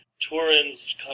Turin's